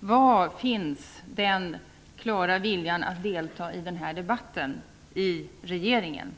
Var finns den klara viljan i regeringen att delta i den här debatten?